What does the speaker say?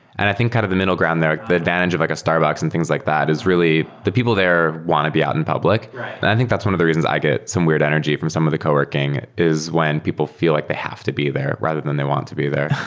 and i think kind of the middle ground there, the advantage of like a starbucks and things like that is really the people there want to be out in public, and i think that's one of the reasons i get some weird energy from some of the co-working is when people feel like they have to be there, rather than they want to be there.